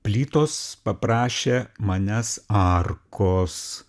plytos paprašė manęs arkos